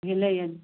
भेलैया